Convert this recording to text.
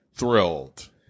thrilled